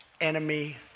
enemy